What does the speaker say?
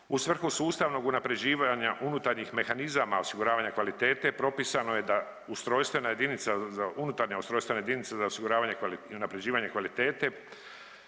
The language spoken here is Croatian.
U svrhu sustavnog unaprjeđivanja unutarnjih mehanizama osiguravanja kvalitete, propisano je da ustrojstvena jedinica za unutarnja ustrojstvena jedinica za osiguravanje i unaprjeđivanje kvalitete